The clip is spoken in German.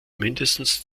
mindestens